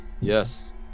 Yes